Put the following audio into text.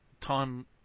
time